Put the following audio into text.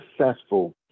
successful